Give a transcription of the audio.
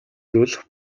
зүйл